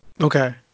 Okay